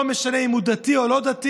לא משנה אם הוא דתי או לא דתי?